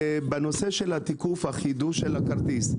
בנושא של התיקוף וחידוש הכרטיס,